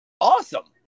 Awesome